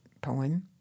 poem—